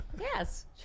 Yes